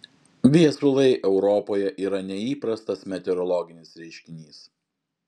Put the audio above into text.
viesulai europoje yra neįprastas meteorologinis reiškinys